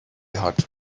hat